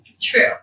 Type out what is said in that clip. True